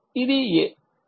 ఇది A